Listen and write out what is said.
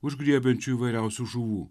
užgriebiančiu įvairiausių žuvų